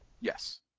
Yes